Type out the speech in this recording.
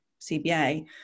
CBA